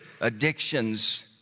addictions